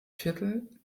viertel